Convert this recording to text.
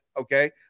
Okay